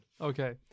Okay